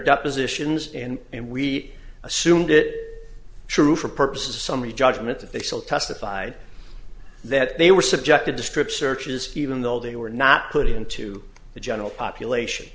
depositions and and we assumed it true for purposes of summary judgment they still testified that they were subjected to strip searches even though they were not put into the general population